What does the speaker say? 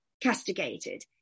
castigated